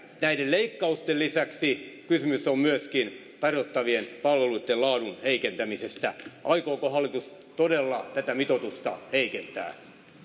näiden leikkausten lisäksi kysymys on myöskin tarjottavien palveluitten laadun heikentämisestä aikooko hallitus todella tätä mitoitusta heikentää